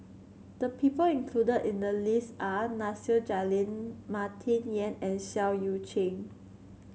the people included in the list are Nasir Jalil Martin Yan and Seah Eu Chin